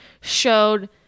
showed